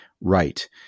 Right